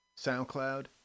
SoundCloud